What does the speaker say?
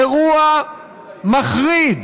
אירוע מחריד,